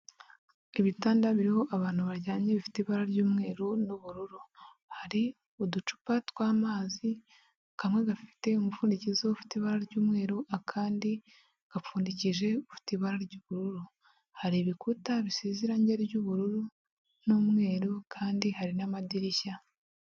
Ibitanda biriho abantu baryamye bifite ibara ry'umweru n'ubururu, hari uducupa tw'amazi kamwe gafite umupfundikizo ufite ibara ry'umweru akandi gapfundikije ufite ibara ry'ubururu, hari ibikuta bisize irange ry'ubururu n'umweru kandi hari n'amadirishya.